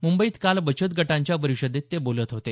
मुंबईत काल बचतगटांच्या परिषदेत ते बोलत होते